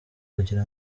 kugira